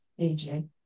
AJ